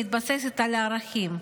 מתבססת על ערכים,